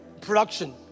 production